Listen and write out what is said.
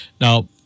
Now